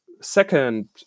Second